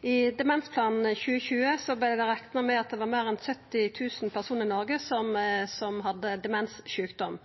I Demensplan 2020 vart det rekna med at det var fleire enn 70 000 personar i Noreg som hadde demenssjukdom,